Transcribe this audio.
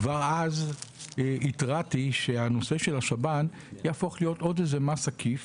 כבר אז התרעתי שהנושא של השב"ן יהפוך להיות איזשהו מס עקיף,